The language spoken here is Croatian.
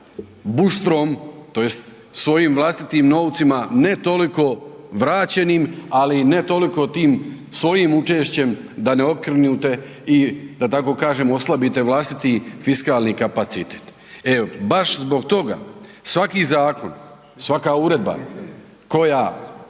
buštrom, tj. svojim vlastitim novcima, ne toliko vraćenim, ali ne toliko tim svojim učešćem da ne okrnjite i da tako kažem oslabite vlastiti fiskalni kapacitet. E, baš zbog toga, svaki zakon, svaka uredba koja,